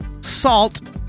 salt